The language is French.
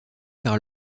par